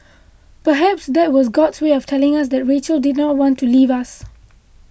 perhaps that was God's way of telling us that Rachel did not want to leave us